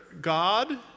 God